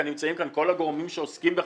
נמצאים כאן כל הגורמים שעוסקים בכך,